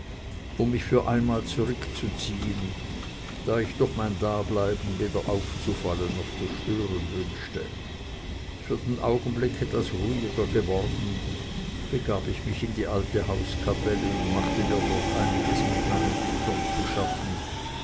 um mich für einmal zurückzuziehen da ich durch mein dableiben weder aufzufallen noch zu stören wünschte für den augenblick etwas ruhiger geworden begab ich mich in die alte hauskapelle und machte mir dort einiges mit meinen bildern zu schaffen